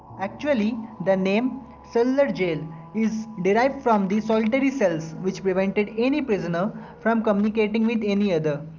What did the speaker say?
actually the name cellular jail is derived from the solitary cells, which prevented any prisoner from communicating with any other,